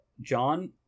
John